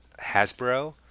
Hasbro